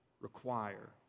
require